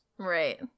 right